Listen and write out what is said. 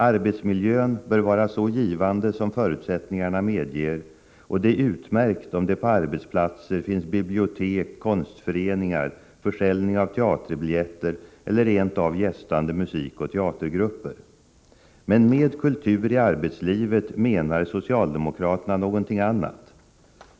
Arbetsmiljön bör vara så givande som förutsättningarna medger, och det är utmärkt om det på arbetsplatser finns bibliotek, konstföreningar, försäljning av teaterbiljetter eller rent av gästande musikoch teatergrupper. Men med kultur i arbetslivet menar socialdemokraterna någonting annat.